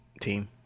team